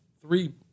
three